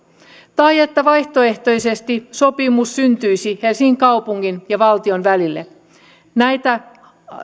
tai että vaihtoehtoisesti sopimus syntyisi helsingin kaupungin ja valtion välille näitä